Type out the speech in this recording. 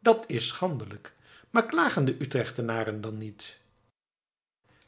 dat is schandelijk maar klagen de utrechtenaren dan niet